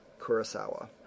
Kurosawa